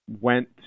went